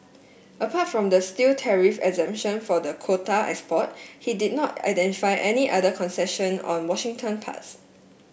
apart from the steel tariff exemption for the quota export he did not identify any other concession on Washington parts